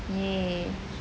ya